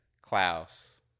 Klaus